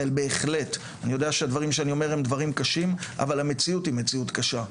אני יודע שהדברים שאני אומר הם קשים אבל המציאות היא קשה.